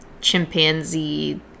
chimpanzee